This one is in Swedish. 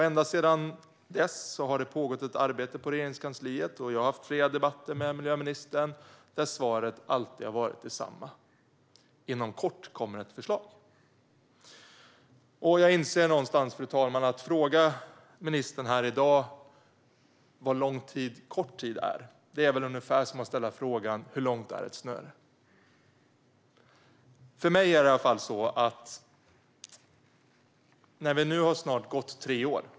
Ända sedan dess har det pågått ett arbete på Regeringskansliet. Jag har haft flera debatter med miljöministern där svaret alltid har varit detsamma: Inom kort kommer det ett förslag. Att här i dag fråga ministern hur lång tid kort tid är, fru talman, är väl ungefär som att ställa frågan: Hur långt är ett snöre? Nu har det snart gått tre år.